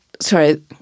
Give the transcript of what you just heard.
Sorry